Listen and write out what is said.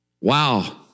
Wow